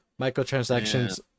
Microtransactions